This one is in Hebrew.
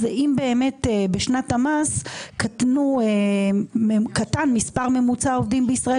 זה אם באמת בשנת המס קטן מספר ממוצע העובדים בישראל